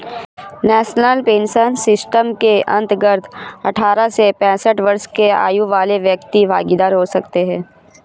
national pension system के अंतर्गत अठारह से पैंसठ वर्ष की आयु वाले व्यक्ति भागीदार हो सकते हैं